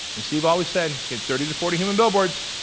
and steve always said, get thirty to forty human billboards,